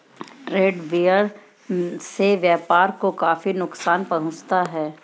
trade barrier से व्यापार को काफी नुकसान पहुंचता है